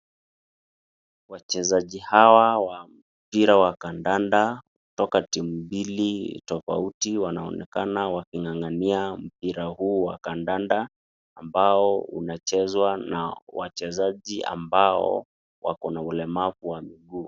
Wachezaji hawa wa mpira wa kandanda toka timu mbili tofauti wanaonekana waking'ang'ania mpira huu wa kandanda ambao unachezwa na wachezaji ambao wako na ulemavu wa mguu.